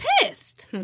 pissed